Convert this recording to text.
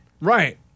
Right